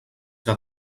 que